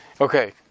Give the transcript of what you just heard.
okay